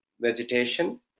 vegetation